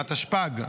התשפ"ג 2023,